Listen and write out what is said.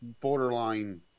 borderline